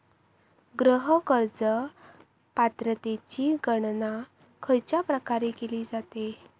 गृह कर्ज पात्रतेची गणना खयच्या प्रकारे केली जाते?